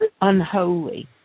unholy